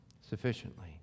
Sufficiently